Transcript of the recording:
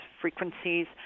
frequencies